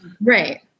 Right